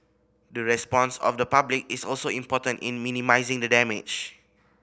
the response of the public is also important in minimising the damage